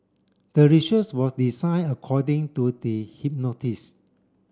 the research was design according to the